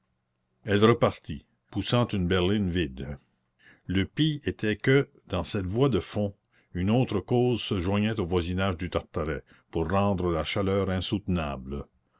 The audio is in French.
elle repartit poussant une berline vide le pis était que dans cette voie de fond une autre cause se joignait au voisinage du tartaret pour rendre la chaleur insoutenable